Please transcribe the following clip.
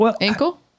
Ankle